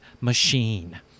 machine